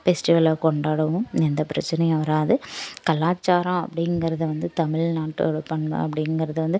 ஃபெஸ்டிவலை கொண்டாடுவோம் எந்தப் பிரச்சினையும் வராது கலாச்சாரம் அப்படிங்கிறத வந்து தமிழ்நாட்டோடய பண்பு அப்படிங்கிறது வந்து